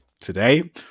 today